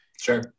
sure